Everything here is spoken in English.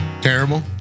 Terrible